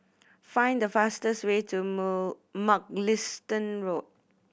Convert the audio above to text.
find the fastest way to move Mugliston Road